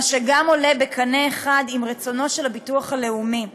מה שגם עולה בקנה אחד עם רצונו של הביטוח הלאומי